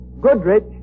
Goodrich